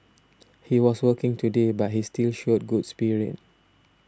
he was working today but he still showed good spirit